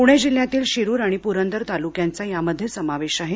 प्णे जिल्ह्यातील शिरूर आणि प्रंदर तालुक्यांचा यामध्ये समावेश आहे